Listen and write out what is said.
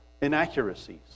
inaccuracies